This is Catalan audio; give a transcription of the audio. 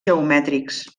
geomètrics